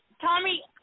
Tommy